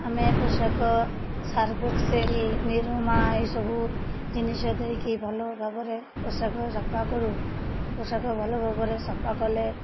ଆମେ ପୋଷାକ Surf Excel Nirma ଏଇସବୁ ଜିନିଷ ଦେଇକି ଭଲ ଭାବରେ ପୋଷାକ ସଫା କରୁ ପୋଷାକ ଭଲ ଭାବରେ ସଫା କଲେ